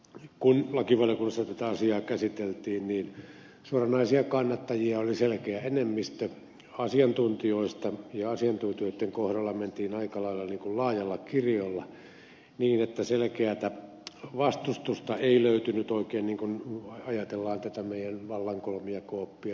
kun lakivaliokunnassa tätä asiaa käsiteltiin niin suoranaisia kannattajia oli selkeä enemmistö asiantuntijoista ja asiantuntijoitten kohdalla mentiin aika lailla laajalla kirjolla niin että selkeätä vastustusta ei löytynyt oikein kun ajatellaan tätä meidän vallan kolmijakoa